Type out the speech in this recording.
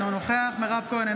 אינו נוכח מירב כהן,